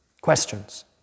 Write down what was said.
Questions